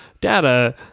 data